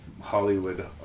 Hollywood